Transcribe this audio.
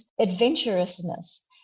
adventurousness